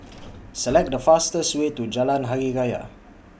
Select The fastest Way to Jalan Hari Raya